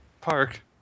park